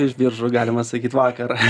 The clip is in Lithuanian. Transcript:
iš biržų galima sakyt vakar